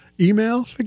email